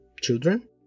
children